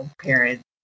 parents